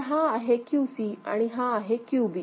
तर हा आहे QC आणि हा आहे QB